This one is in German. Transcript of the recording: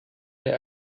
der